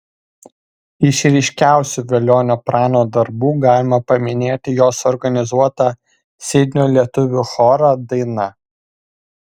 iš ryškiausių velionio prano darbų galima paminėti jo suorganizuotą sidnio lietuvių chorą daina